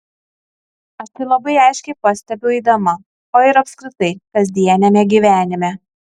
aš tai labai aiškiai pastebiu eidama o ir apskritai kasdieniame gyvenime